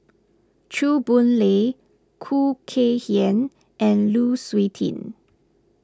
Chew Boon Lay Khoo Kay Hian and Lu Suitin